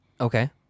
Okay